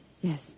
Yes